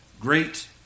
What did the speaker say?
great